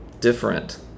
different